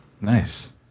Nice